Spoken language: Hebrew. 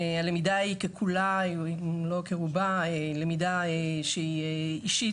הלמידה היא ככולה אם לא כרובה- למידה שהיא אישית,